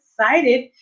excited